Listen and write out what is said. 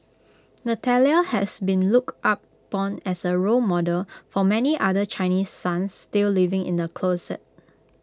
Natalia has been looked upon as A role model for many other Chinese sons still living in the closet